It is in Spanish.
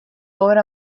obra